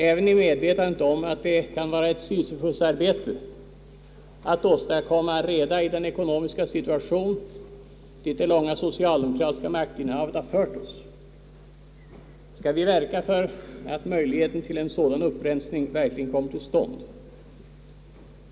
Även i medvetandet om att det kan vara ett Sisyfosarbete att åstadkomma reda i den ekonomiska situationen, dit det långa socialdemokratiska maktinnehavet fört oss, skall vi verka för att en sådan upprensning verkligen kommer till stånd.